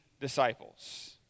disciples